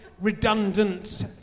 redundant